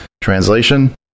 Translation